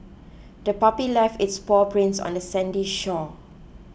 the puppy left its paw prints on the sandy shore